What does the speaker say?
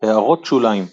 == הערות שוליים ==